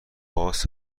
باز